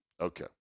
okay